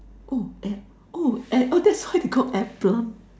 oh air oh air that's why they call air plant